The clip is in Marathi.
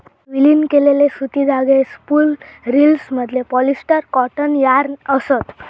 विलीन केलेले सुती धागे हे स्पूल रिल्समधले पॉलिस्टर कॉटन यार्न असत